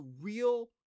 real